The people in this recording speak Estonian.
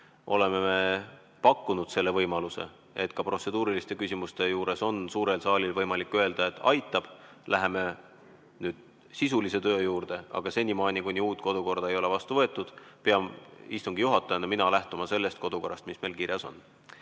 oleme me pakkunud selle võimaluse, et ka protseduuriliste küsimuste juures saab suur saal öelda, et aitab, läheme sisulise töö juurde. Aga senimaani, kuni uut kodukorda ei ole vastu võetud, pean mina istungi juhatajana lähtuma sellest kodukorrast, mis meil praegu